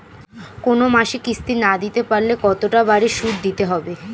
কোন মাসে কিস্তি না দিতে পারলে কতটা বাড়ে সুদ দিতে হবে?